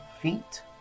feet